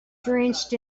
drenched